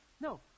No